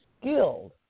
skilled